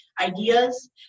ideas